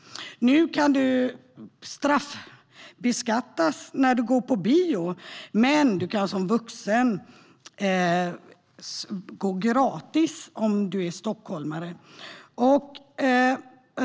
Nu kan du straffbeskattas när du går på bio, men som vuxen kan du gå gratis på museum - om du är stockholmare.